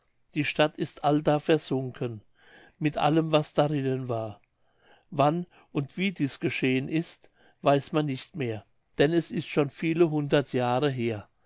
die stadt ist allda versunken mit allem was darinnen war wann und wie dies geschehen ist weiß man nicht mehr denn es ist schon viele hundert jahre her